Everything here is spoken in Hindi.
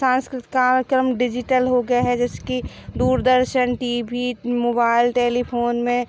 सांस्कृतिक कार्यक्रम डिजिटल हो गया है जैसे कि Doordarshan T V mobile telephone में